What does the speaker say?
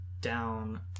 down